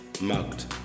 mugged